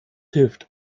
hilft